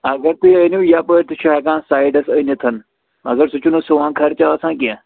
اگر تُہۍ أنِو یَپٲرۍ تہِ چھُ ہٮ۪کان سایڈَس أنِتھ مگر سُہ چھُنہٕ سون خَرچہٕ آسان کیٚنٛہہ